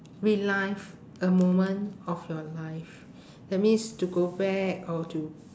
relive a moment of your life that means to go back or to